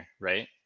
right